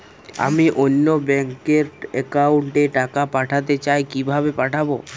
আমি অন্য ব্যাংক র অ্যাকাউন্ট এ টাকা পাঠাতে চাই কিভাবে পাঠাবো?